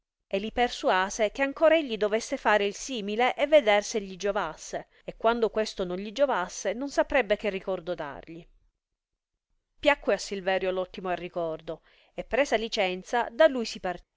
e li persuase che ancor egli dovesse fare il simile e veder se gli giovasse e quando questo non gli giovasse non saprebbe che ricordo dargli piacque a silverio r ottimo arricordo e presa licenza da lui si